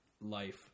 life